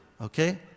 Okay